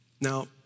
Now